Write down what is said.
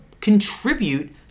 contribute